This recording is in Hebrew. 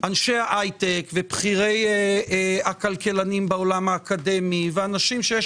אנשי ההייטק ובכירי הכלכלנים בעולם האקדמי ואנשים שיש